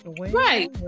Right